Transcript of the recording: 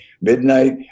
midnight